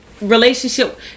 relationship